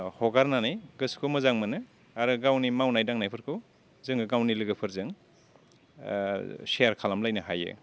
हगारनानै गोसोखौ मोजां मोनो आरो गावनि मावनाय दांनायफोरखौ जोङो गावनि लोगोफोरजों सेयार खालामलायनो हायो